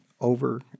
over